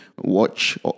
watch